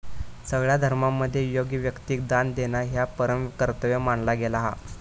सगळ्या धर्मांमध्ये योग्य व्यक्तिक दान देणा ह्या परम कर्तव्य मानला गेला हा